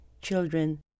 Children